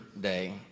Day